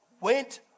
went